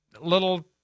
little